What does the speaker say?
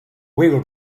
will